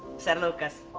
sir lucas?